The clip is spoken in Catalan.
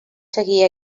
seguir